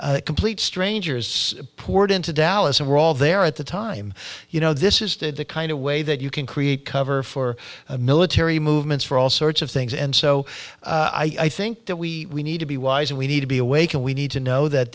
complete strangers poured into dallas and were all there at the time you know this is the kind of way that you can create cover for military movements for all sorts of things and so i think that we need to be wise and we need to be awake and we need to know that